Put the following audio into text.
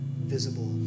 visible